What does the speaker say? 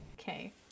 Okay